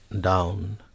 down